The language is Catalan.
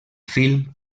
film